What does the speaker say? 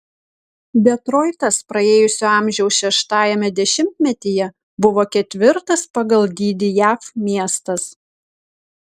detroitas praėjusio amžiaus šeštajame dešimtmetyje buvo ketvirtas pagal dydį jav miestas